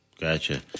Gotcha